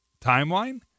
timeline